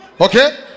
Okay